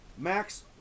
max